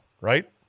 right